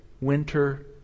winter